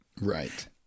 Right